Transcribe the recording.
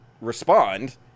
respond